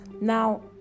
now